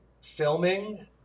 filming